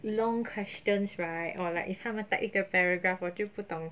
long questions right or like if 他们 type 一个 paragraph 我就不懂